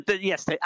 Yes